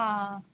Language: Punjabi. ਹਾਂ